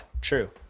true